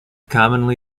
commonly